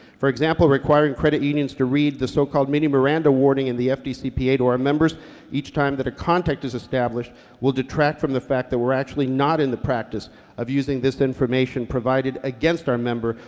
for example, requiring credit unions to read the so-called mini miranda warning in the fdcpa to our members each time that contact is established will detract from the fact that we're actually not in the practice of using this information provided against our member,